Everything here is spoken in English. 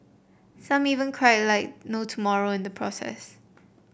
some even cried like no tomorrow in the process